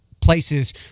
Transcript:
places